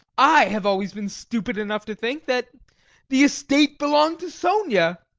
i have always been stupid enough to think that the estate belonged to sonia.